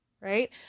right